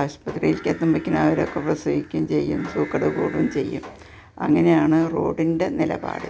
ആശുപത്രിയിലേക്ക് എത്തുമ്പോഴത്തേക്ക് അവരൊക്കെ പ്രസവിക്കുകയും ചെയ്യും സൂക്കേട് കൂടും ചെയ്യും അങ്ങനെയാണ് റോഡിന്റെ നിലപാട്